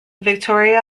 victoria